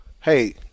Hey